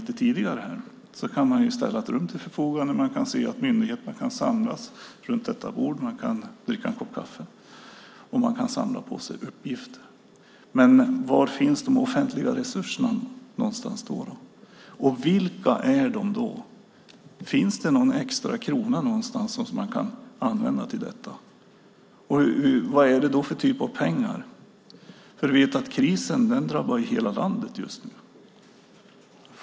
Tidigare har man ställt ett rum till förfogande. Man kan se till att myndigheterna kan samlas runt detta bord. Man kan dricka en kopp kaffe. Man kan samla på sig uppgifter. Men var finns de offentliga resurserna någonstans? Och vilka är de? Finns det någon extra krona någonstans som man kan använda till detta? Och vad är det för typ av pengar? För vi vet att krisen drabbar hela landet just nu.